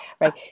Right